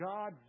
God